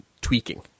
tweaking